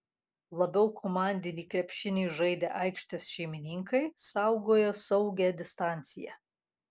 labiau komandinį krepšinį žaidę aikštės šeimininkai saugojo saugią distanciją